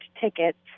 tickets